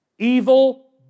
Evil